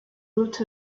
lot